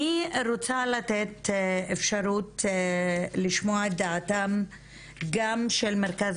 אני רוצה לתת אפשרות לשמוע דעתם גם של מרכז